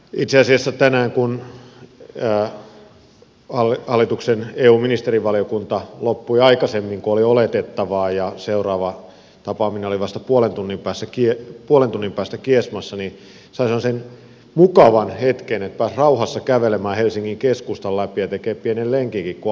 itse asiassa tänään kun hallituksen eu ministerivaliokunta loppui aikaisemmin kuin oli oletettavaa ja seuraava tapaaminen oli vasta puolen tunnin päästä kiasmassa niin sain sellaisen mukavan hetken että pääsi rauhassa kävelemään helsingin keskustan läpi ja tekemään pienen lenkinkin kun aikaa oli